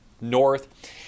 north